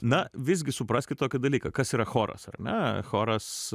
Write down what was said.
na visgi supraskit tokį dalyką kas yra choras ar ne choras